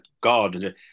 God